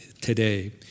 today